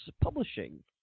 Publishing